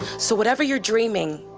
so whatever you're dreaming,